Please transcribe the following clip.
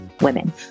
women